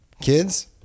Kids